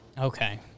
Okay